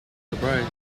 surprised